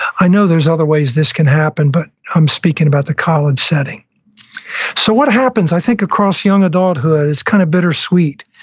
i know there's other ways this can happen, but i'm speaking about the college setting so what happens, i think, across young adulthood is kind of bittersweet,